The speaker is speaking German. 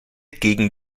gegen